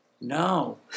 No